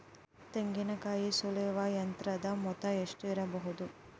ತೆಂಗಿನಕಾಯಿ ಸುಲಿಯುವ ಯಂತ್ರದ ಮೊತ್ತ ಎಷ್ಟಿರಬಹುದು?